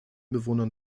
bewohnern